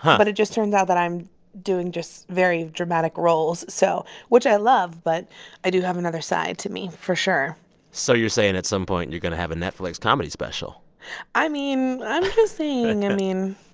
but it just turned out that i'm doing just very dramatic roles, so which i love. but i do have another side to me for sure so you're saying at some point, you're going to have a netflix comedy special i mean, i'm just saying, i mean,